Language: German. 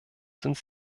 sind